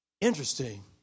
Interesting